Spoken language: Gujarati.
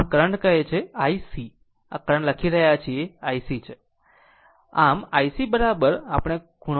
આમ કરંટ કહે છે IC આ કરંટ લખી રહ્યા છે IC છે IC લખી રહ્યા છે